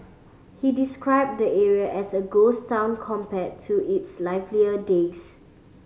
he described the area as a ghost town compared to its livelier days